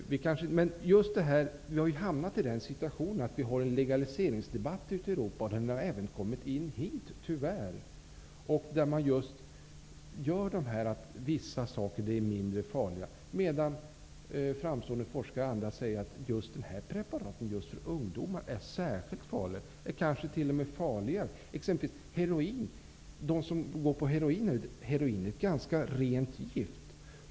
Vi har nu hamnat i en situation att det förs en legaliseringsdebatt ute i Europa och som tyvärr även har kommit hit. Där säger man att vissa saker är mindre farliga, medan framstående forskare säger att just dessa är särskilt farliga för ungdomar. Heroin t.ex. är ett ganska rent gift.